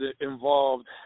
involved